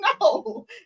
No